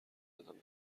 دادن